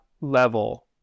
level